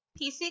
PC